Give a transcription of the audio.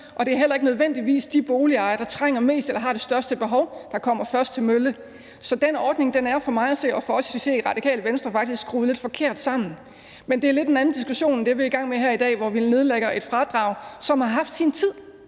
og det er heller ikke nødvendigvis de boligejere, der trænger mest eller har det største behov, der kommer først til mølle. Så den ordning er for mig at se og for os at se i Radikale Venstre faktisk skruet lidt forkert sammen, men det er lidt en anden diskussion end den, vi er i gang med her i dag, hvor vi nedlægger et fradrag, som har haft sin tid